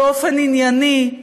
באופן ענייני,